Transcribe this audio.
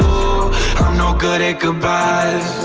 no good at goodbyes